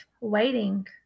waiting